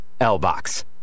LBOX